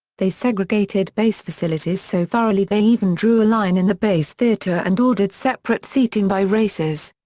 they segregated base facilities so thoroughly they even drew a line in the base theater and ordered separate seating by races.